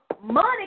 money